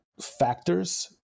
factors